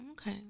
okay